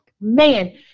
man